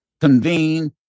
convene